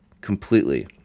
completely